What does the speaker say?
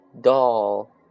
Doll